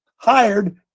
Hired